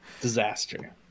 Disaster